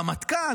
רמטכ"ל,